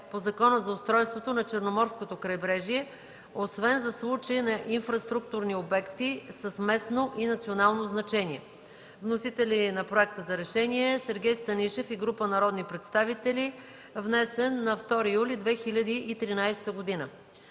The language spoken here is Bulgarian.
по Закона за устройството на Черноморското крайбрежие, освен за случаи на инфраструктурни обекти с местно и национално значение, № 354-02-48, внесен от Сергей Станишев и група народни представители на 2 юли 2013 г.